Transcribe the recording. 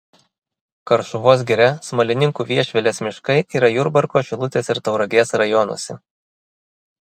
karšuvos giria smalininkų viešvilės miškai yra jurbarko šilutės ir tauragės rajonuose